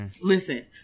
listen